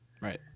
Right